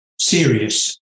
serious